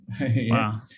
wow